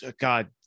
god